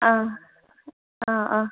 അതെ ആ